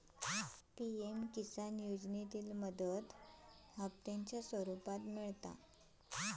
PM Kisan योजनेतली मदत हप्त्यांच्या स्वरुपात मिळता